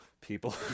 people